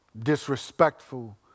disrespectful